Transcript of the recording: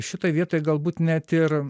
šitoj vietoj galbūt net ir